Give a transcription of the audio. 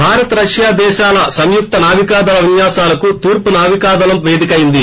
Bharat Russia దేశాల సంయుక్త నావికాదళ విన్యాసాలకు తూర్పు నావికాదళం పేదికైంది